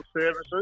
services